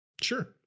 Sure